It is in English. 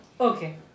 Okay